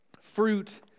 Fruit